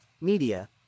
Media